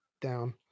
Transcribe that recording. down